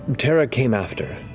terra came after.